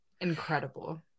Incredible